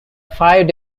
five